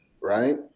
right